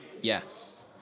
Yes